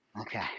Okay